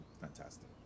fantastic